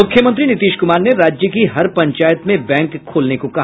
मुख्यमंत्री नीतीश कुमार ने राज्य की हर पंचायत में बैंक खोलने को कहा